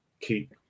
keep